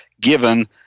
given